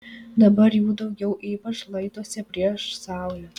dabar jų daugiau ypač šlaituose prieš saulę